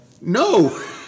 No